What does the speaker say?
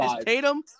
Tatum